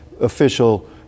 official